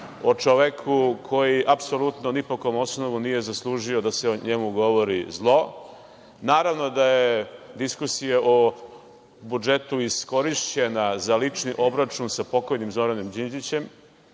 o čoveku koji apsolutno ni po kom osnovu nije zaslužio da se o njemu govori zlo. Naravno da je diskusija o budžetu iskorišćena za lični obračun sa pokojnim Zoranom Đinđićem.